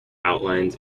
outlines